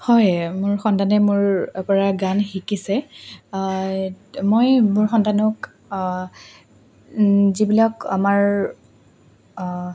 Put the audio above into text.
হয় মোৰ সন্তানে মোৰপৰা গান শিকিছে মই মোৰ সন্তানক যিবিলাক আমাৰ